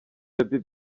weby